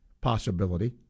possibility